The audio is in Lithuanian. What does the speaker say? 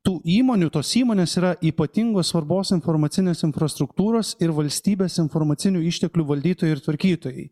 tų įmonių tos įmonės yra ypatingos svarbos informacinės infrastruktūros ir valstybės informacinių išteklių valdytojai ir tvarkytojai